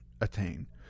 attain